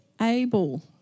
able